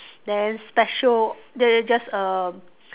then special then it just a